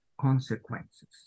consequences